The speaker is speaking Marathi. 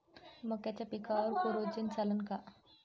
मक्याच्या पिकावर कोराजेन चालन का?